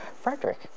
Frederick